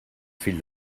fill